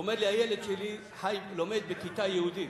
הוא אומר לי: הילד שלי לומד בכיתה יהודית.